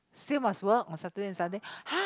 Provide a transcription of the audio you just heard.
still must work on Saturday and Sunday !huh!